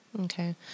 Okay